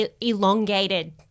elongated